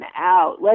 out